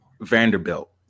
Vanderbilt